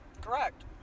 Correct